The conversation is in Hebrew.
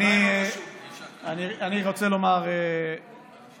אני לא הבנתי את הדברים שנרקמו שם מאחורי הקלעים.